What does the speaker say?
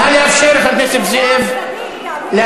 נא לאפשר לחבר הכנסת זאב להתחיל.